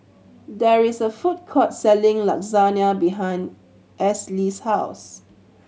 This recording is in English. there is a food court selling Lasagna behind Esley's house